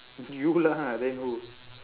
you lah then who